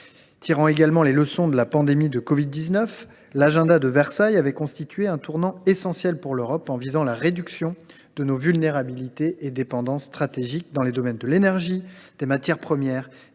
Tirant également les leçons de la pandémie de covid 19, l’agenda de Versailles avait constitué un tournant essentiel pour l’Europe en visant la réduction de nos vulnérabilités et dépendances stratégiques dans les domaines de l’énergie, des matières premières,